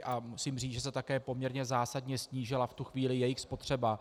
A musím říct, že se také poměrně zásadně snížila v tu chvíli jejich spotřeba.